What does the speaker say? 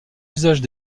usages